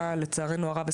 לצערנו הרב,